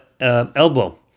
Elbow